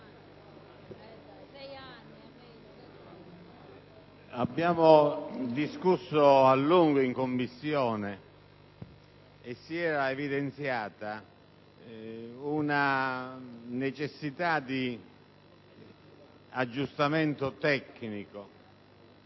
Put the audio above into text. abbiamo discusso a lungo in Commissione e si era evidenziata la necessità di un aggiustamento tecnico.